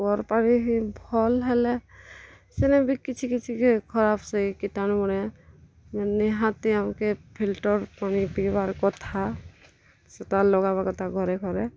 କୂଅଁର୍ ପାଣି ହିଁ ଭଲ୍ ହେଲେ ସେନେ ବି କିଛି କିଛି ଖରାପ୍ ସେ କିଟାଣୁ ମାନେ ନିହାତି ଆମ୍କେ ଫିଲ୍ଟର୍ ପାଣି ପିଇବାର୍ କଥା ସେଟା ଲଗାବାର୍ କଥା ଘରେ ଘରେ